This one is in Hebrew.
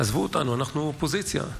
עזבו אותנו, אנחנו אופוזיציה.